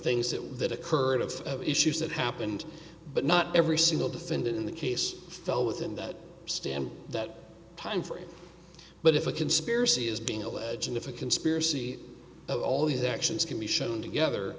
things that that occurred of issues that happened but not every single defendant in the case fell within that stand that time for it but if a conspiracy is being alleged and if a conspiracy of all these actions can be shown together